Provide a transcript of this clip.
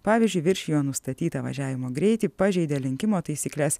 pavyzdžiui viršijo nustatytą važiavimo greitį pažeidė lenkimo taisykles